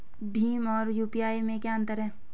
भीम और यू.पी.आई में क्या अंतर है?